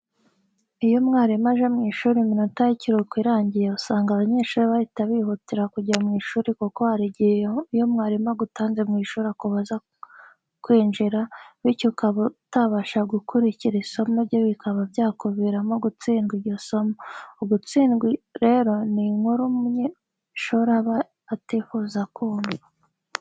Iyo umwarimu aje mu ishuri iminota y'ikiruhuko irangiye usanga abanyeshuri bahita bihutira kujya mu ishuri kuko hari igihe iyo umwarimu agutanze mu ishuri akubuza kwinjira, bityo ukaba utabasha gukurikira isomo rye bikaba byakuviramo gutsindwa iryo somo. Ugutsindwa rero ni inkuru umunyeshuri aba atifuza kumva.